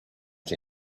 she